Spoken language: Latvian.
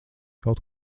kaut